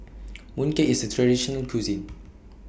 Mooncake IS A Traditional Local Cuisine